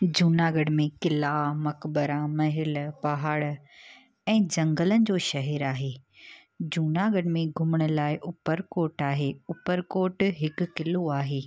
जूनागढ़ में क़िला मक़बरा महल पहाड़ ऐं झंगलनि जो शहरु आहे जूनागढ़ में घुमण लाइ ऊपरकोट आहे ऊपरकोट हिकु क़िलो आहे